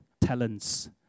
talents